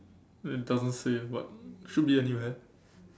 it doesn't say but should be anywhere